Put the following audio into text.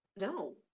No